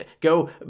go